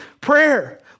prayer